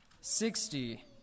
sixty